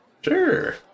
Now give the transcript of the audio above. Sure